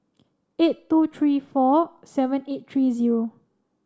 eight two three four seven eight three zero